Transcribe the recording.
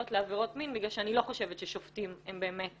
לעבירות מין בגלל שאני לא חושבת ששופטים הם באמת,